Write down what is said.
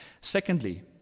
Secondly